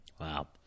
Wow